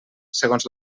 segons